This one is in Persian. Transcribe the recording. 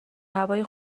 هوای